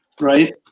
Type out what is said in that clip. right